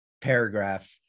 paragraph